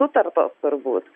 sutartos turbūt